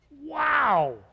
Wow